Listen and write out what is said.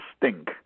stink